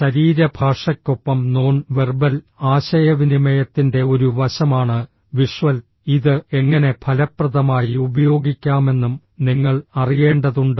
ശരീരഭാഷയ്ക്കൊപ്പം non verbal ആശയവിനിമയത്തിന്റെ ഒരു വശമാണ് വിഷ്വൽ ഇത് എങ്ങനെ ഫലപ്രദമായി ഉപയോഗിക്കാമെന്നും നിങ്ങൾ അറിയേണ്ടതുണ്ട്